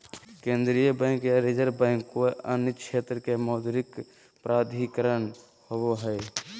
केन्द्रीय बैंक या reserve bank कोय अन्य क्षेत्र के मौद्रिक प्राधिकरण होवो हइ